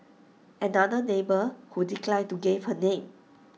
another neighbour who declined to give her name